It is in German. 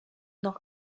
noch